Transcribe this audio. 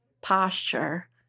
posture